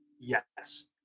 Yes